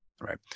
right